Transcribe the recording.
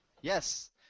Yes